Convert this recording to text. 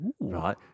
Right